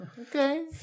Okay